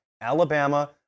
Alabama